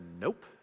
nope